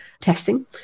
testing